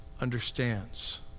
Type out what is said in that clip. understands